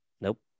Nope